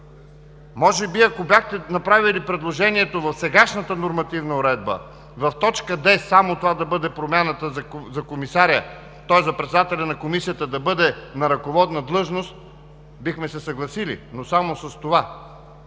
Може би, ако бяхте направили предложението в сегашната нормативна уредба – в т. „д“, само това да бъде промяната за председателя на Комисията – да бъде на ръководна длъжност, бихме се съгласили, но само с това.